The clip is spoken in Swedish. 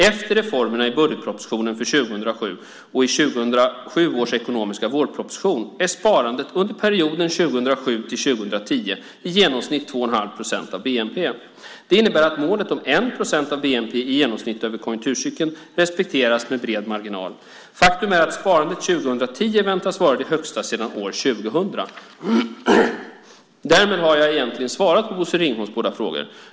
Efter reformerna i budgetpropositionen för 2007 och i 2007 års ekonomiska vårproposition är sparandet under perioden 2007-2010 i genomsnitt 2,5 procent av bnp. Det innebär att målet om 1 procent av bnp i genomsnitt över konjunkturcykeln respekteras med bred marginal. Faktum är att sparandet 2010 väntas vara det högsta sedan år 2000. Därmed har jag egentligen svarat på Bosse Ringholms båda frågor.